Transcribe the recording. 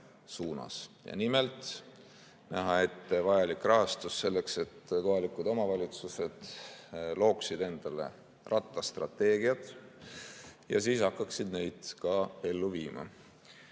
ja nimelt, näha ette vajalik rahastus selleks, et kohalikud omavalitsused looksid endale rattastrateegiad ja siis hakkaksid neid ka ellu viima. Mida